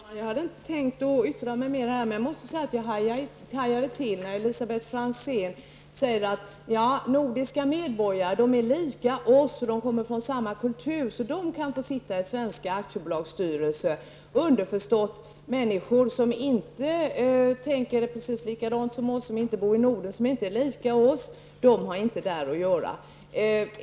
Herr talman! Jag hade inte tänkt yttra mig mer i det här ärendet, men jag hajade till när Elisabet Franzén sade att nordiska medborgare är lika oss och kommer från samma kultur och att de därför kan få sitta i svenska aktiebolags styrelser -- underförstått: människor som inte tänker precis likadant som vi, som inte bor i Norden och som inte är lika oss har inte där att göra.